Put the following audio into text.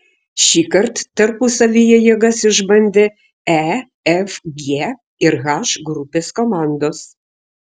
šįkart tarpusavyje jėgas išbandė e f g ir h grupės komandos